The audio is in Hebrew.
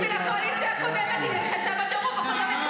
את צריכה לעמוד ולגנות אותם, לא לתמוך בהם.